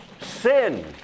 sin